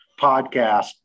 podcast